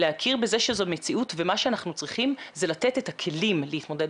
להכיר בזה שזו מציאות ומה שאנחנו צריכים זה לתת את הכלים להתמודד